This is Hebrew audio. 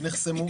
נחסמו,